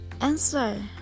answer